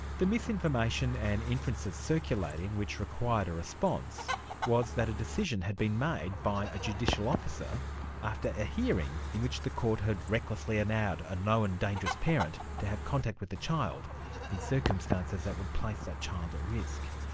the misinformation and inferences circulating which required a response was that a decision had been made by a a judicial officer after a a hearing in which the court had recklessly allowed a known dangerous parent to have contact with a child in circumstances that would place that child at risk.